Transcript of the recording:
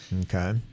Okay